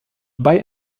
bei